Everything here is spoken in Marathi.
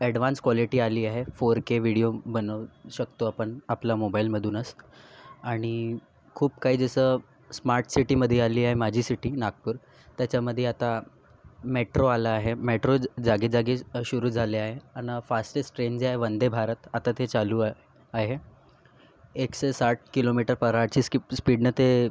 ॲडवान्स्ड क्वालिटी आली आहे फोर के विडिओ बनवू शकतो आपण आपला मोबाईलमधूनच आणि खूप काही जसं स्मार्ट सिटीमधे आली आहे माझी सिटी नागपूर त्याच्यामध्ये आता मेट्रो आलं आहे मेट्रो जागी जागी सुरु झाले आहे आणि फास्टेस्ट ट्रेन जे आहे वंदे भारत आता ते चालू आहे आहे एकशे साठ किलोमीटर पर अवरच्या स्किप स्पीडने ते